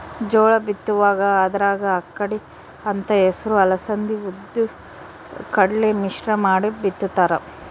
ಜೋಳ ಬಿತ್ತುವಾಗ ಅದರಾಗ ಅಕ್ಕಡಿ ಅಂತ ಹೆಸರು ಅಲಸಂದಿ ಉದ್ದು ಕಡಲೆ ಮಿಶ್ರ ಮಾಡಿ ಬಿತ್ತುತ್ತಾರ